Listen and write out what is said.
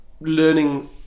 learning